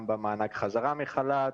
גם במענק חזרה לחל"ת,